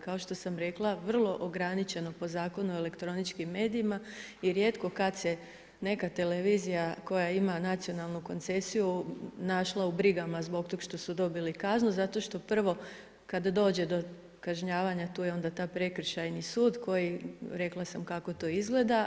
Kao što sam rekla vrlo ograničeno po Zakonu o elektroničkim medijima i rijetko kad se neka televizija koja ima nacionalnu koncesiju našla u brigama zbog tog što su dobili kaznu zato što prvo kad dođe do kažnjavanja tu je onda taj Prekršajni sud koji rekla sam kako to izgleda.